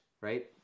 right